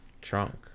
trunk